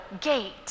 gate